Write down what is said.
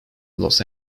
los